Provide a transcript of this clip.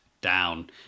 down